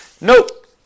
nope